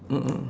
mm mm